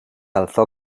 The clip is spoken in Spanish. alzó